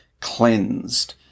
cleansed